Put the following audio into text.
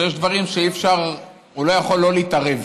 שיש דברים שאי-אפשר, הוא לא יכול לא להתערב.